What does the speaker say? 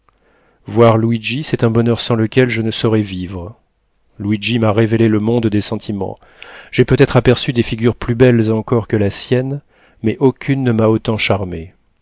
voir luigi c'est un bonheur sans lequel je ne saurais vivre luigi m'a révélé le monde des sentiments j'ai peut-être aperçu des figures plus belles encore que la sienne mais aucune ne m'a autant charmée